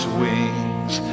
wings